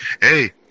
hey